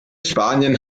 spanien